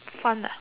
fun lah